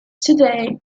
today